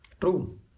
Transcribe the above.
true